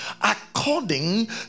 according